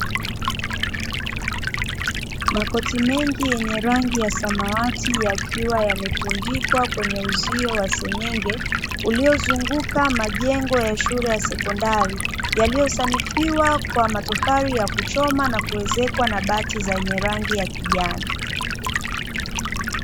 Makoti mengi yenye rangi ya samawati yakiwa yametundikwa kwenye uzio wa Senyenge, ulio zunguka majengo ya shule ya sekondari, yaliyo sanifiwa kwa Matofali ya kuchoma na kuezekwa na bati zenye rangi ya Kijani.